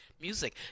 music